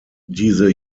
diese